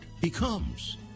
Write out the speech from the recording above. becomes